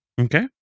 Okay